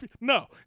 No